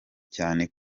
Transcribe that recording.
cyane